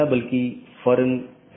यह महत्वपूर्ण है